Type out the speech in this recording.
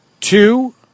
Two